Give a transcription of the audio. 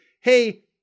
hey